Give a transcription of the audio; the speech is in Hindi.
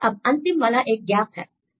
अब अंतिम वाला एक गैप है